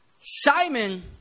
Simon